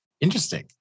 Interesting